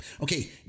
Okay